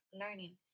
learning